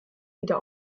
wieder